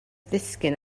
ddisgyn